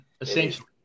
essentially